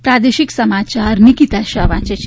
પ્રાદેશિક સમાયાર નિકિતા શાહ વાંચે છે